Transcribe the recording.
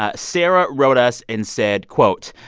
ah sarah wrote us and said, quote,